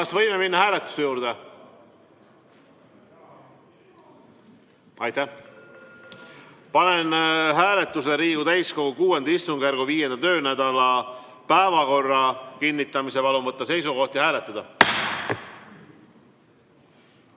Kas võime minna hääletuse juurde? Aitäh! Panen hääletusele Riigikogu täiskogu VI istungjärgu 5. töönädala päevakorra kinnitamise. Palun võtta seisukoht ja hääletada!